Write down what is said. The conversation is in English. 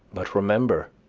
but remember,